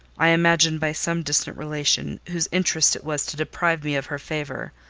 i imagine by some distant relation, whose interest it was to deprive me of her favour,